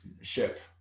ship